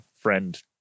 friend